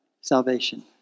salvation